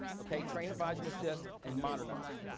okay, train, advise and assist, and modernize.